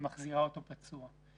שמחזירה אותו פצוע?